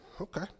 okay